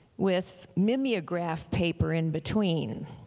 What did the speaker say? with mimeograph paper in between.